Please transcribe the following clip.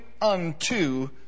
unto